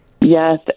Yes